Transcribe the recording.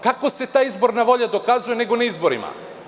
Kako se ta izborna volja dokazuje nego na izborima?